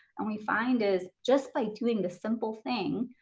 and we find is just by doing this simple thing,